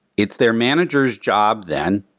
it's their manager's job then,